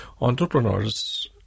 entrepreneurs